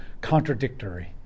contradictory